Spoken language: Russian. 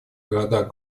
городах